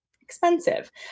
expensive